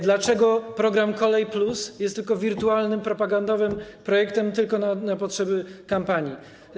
Dlaczego program „Kolej+” jest tylko wirtualnym, propagandowym projektem tylko na potrzeby kampanii?